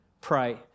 pray